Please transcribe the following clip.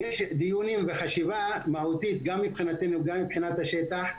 יש דיונים וחשיבה מהותית גם מבחינתנו וגם מבחינת השטח,